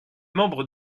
membres